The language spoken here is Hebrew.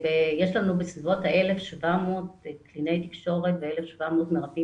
יש לנו בסביבות ה-1,700 קלינאי תקשורת ו-1,700 מרפאים